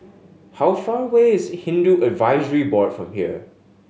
how far away is Hindu Advisory Board from here